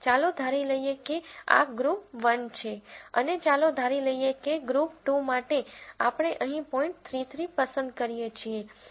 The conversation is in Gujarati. ચાલો ધારી લઈએ કે આ ગ્રુપ 1 છે અને ચાલો ધારી લઈએ કે ગ્રુપ 2 માટે આપણે અહીં પોઈન્ટ 3 3 પસંદ કરીએ છીએ